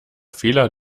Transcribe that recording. fehler